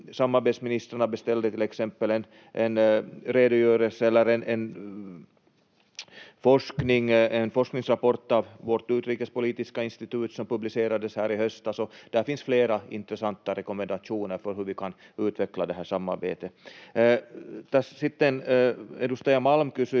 samarbetsministrar beställde till exempel en forskningsrapport av vårt utrikespolitiska institut som publicerades här i höstas, och där finns flera intressanta rekommendationer för hur vi kan utveckla det här samarbetet. Tässä sitten edustaja Malm nosti